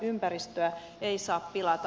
ympäristöä ei saa pilata